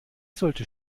sollte